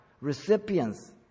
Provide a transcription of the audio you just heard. recipients